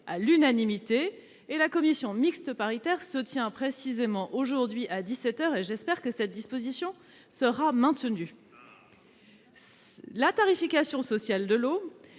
à l'unanimité, et la commission mixte paritaire se réunit précisément aujourd'hui à dix-sept heures. J'espère que cette disposition sera maintenue. La tarification sociale de l'eau